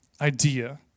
idea